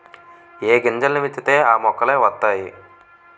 ఏ గింజల్ని విత్తితే ఆ మొక్కలే వతైయి